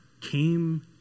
came